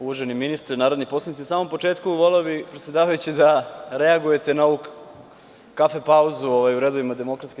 Uvaženi ministre, narodni poslanici, na samom početku voleo bih da predsedavajući reagujete na ovu kafe pauzu, u redovima DS.